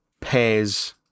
pairs